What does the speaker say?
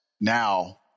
Now